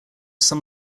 some